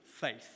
faith